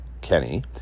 Kenny